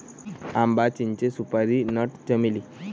आंबा, चिंचे, सुपारी नट, चमेली